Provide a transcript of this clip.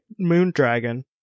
Moondragon